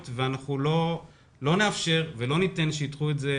ואנחנו לא נאפשר ולא ניתן שיידחו את זה